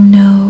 no